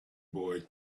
boy